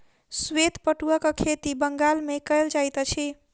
श्वेत पटुआक खेती बंगाल मे कयल जाइत अछि